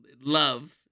Love